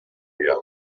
dia